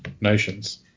Nations